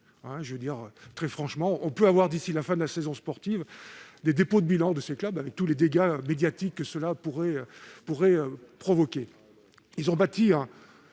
de Ligue 2 : on peut assister, d'ici à la fin de la saison sportive, à des dépôts de bilan de clubs, avec tous les dégâts médiatiques que cela pourrait provoquer.